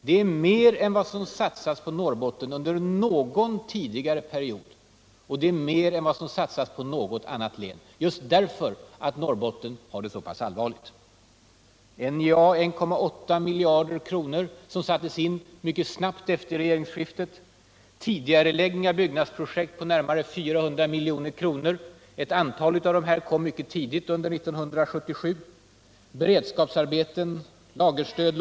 Det är mer än vad som satsats på Norrbotten under någon tidigare motsvarande period, och det är mer än vad som satsats på något annat län, just därför att situationen i Norrbotten är så allvarlig. På NJA har 1,8 miljarder kronor satsats. De sattes in mycket snabbt efter regeringsskiftet. Det har skett tidigareläggningar av byggnadsprojekt på närmare 400 milj.kr. Ett antal av de här tidigareläggningarna kom mycket tidigt under 1977. Vidare vill jag nämna satsningar på beredskapsarbeten, lagerstöd.